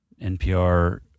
NPR